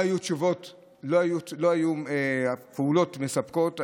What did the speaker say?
היו פעולות מספקות.